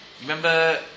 remember